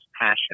passion